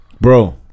Bro